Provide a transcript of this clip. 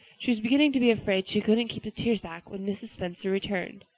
she was beginning to be afraid she couldn't keep the tears back when mrs. spencer returned,